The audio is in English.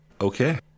Okay